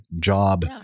job